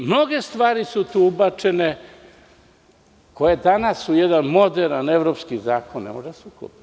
Mnoge stvari su tu ubačene koje danas u jedan moderan evropski zakon ne mogu da se uklope.